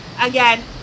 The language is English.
again